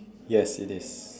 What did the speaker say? yes it is